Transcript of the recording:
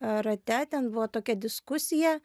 rate ten buvo tokia diskusija